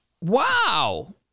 Wow